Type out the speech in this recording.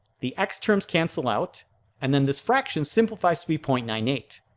the x terms cancel out and then this fraction simplifies to be point nine eight.